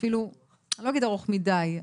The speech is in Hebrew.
אני לא אגיד ארוך מדי,